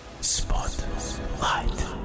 Spotlight